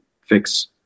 fix